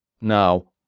Now